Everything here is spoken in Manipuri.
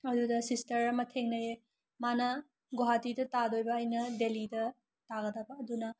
ꯑꯗꯨꯗ ꯁꯤꯁꯇꯔ ꯑꯃ ꯊꯦꯡꯅꯩꯑꯦ ꯃꯥꯅ ꯒꯨꯋꯥꯍꯥꯇꯤꯗ ꯇꯥꯗꯣꯏꯕ ꯑꯩꯅ ꯗꯤꯂꯤꯗ ꯇꯥꯒꯗꯕ ꯑꯗꯨꯅ